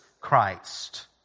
Christ